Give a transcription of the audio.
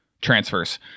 transfers